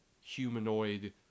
humanoid